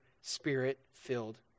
Spirit-filled